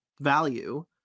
value